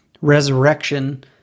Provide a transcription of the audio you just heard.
resurrection